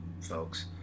folks